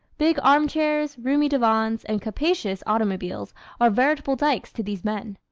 big arm chairs, roomy divans and capacious automobiles are veritable dykes to these men.